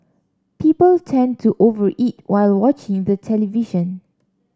people tend to over eat while watching the television